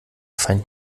feind